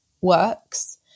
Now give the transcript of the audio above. works